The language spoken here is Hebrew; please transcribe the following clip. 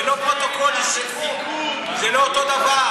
זה לא פרוטוקול, זה סיכום, זה לא אותו הדבר.